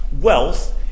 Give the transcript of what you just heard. Wealth